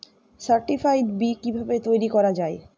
Certified বি কিভাবে তৈরি করা যায়?